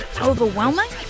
overwhelming